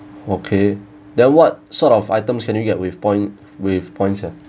okay the what sort of items can you get with point with points ah